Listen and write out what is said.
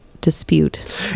dispute